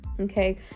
Okay